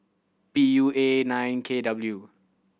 P U A nine K W